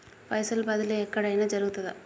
పైసల బదిలీ ఎక్కడయిన జరుగుతదా?